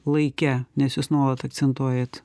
laike nes jūs nuolat akcentuojat